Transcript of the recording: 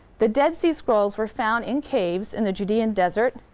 the dead sea scrolls were found in caves in the judean desert.